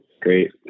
Great